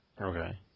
Okay